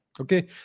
Okay